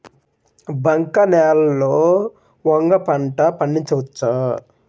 బంక నేలలో వంగ పంట పండించవచ్చా?